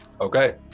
Okay